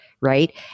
right